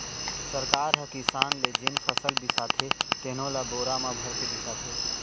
सरकार ह किसान ले जेन फसल बिसाथे तेनो ल बोरा म भरके बिसाथे